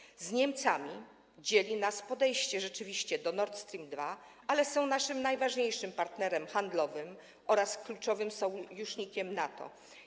Jeżeli chodzi o Niemcy, dzieli nas podejście, rzeczywiście, do Nord Stream 2, ale są naszym najważniejszym partnerem handlowym oraz kluczowym sojusznikiem NATO.